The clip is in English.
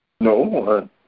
No